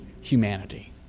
humanity